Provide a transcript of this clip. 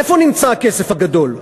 איפה נמצא הכסף הגדול?